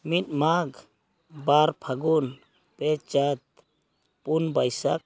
ᱢᱤᱫ ᱢᱟᱜᱷ ᱵᱟᱨ ᱯᱷᱟᱜᱩᱱ ᱯᱮ ᱪᱟᱹᱛ ᱯᱩᱱ ᱵᱟᱹᱭᱥᱟᱹᱠ